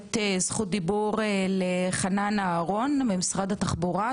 לתת זכות דיבור לחנן אהרן ממשרד התחבורה,